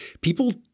people